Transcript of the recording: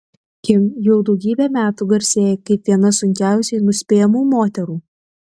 kim jau daugybę metų garsėja kaip viena sunkiausiai nuspėjamų moterų